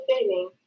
saving